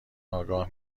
آگاه